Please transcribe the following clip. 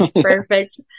Perfect